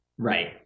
right